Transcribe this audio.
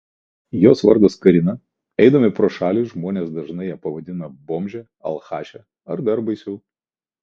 jos vardas karina eidami pro šalį žmonės dažnai ją pavadina bomže alchaše ar dar baisiau